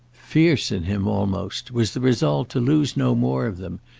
fierce in him almost was the resolve to lose no more of them,